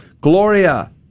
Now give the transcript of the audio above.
Gloria